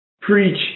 preach